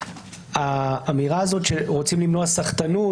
האמירה הזאת שרוצים למנוע סחטנות,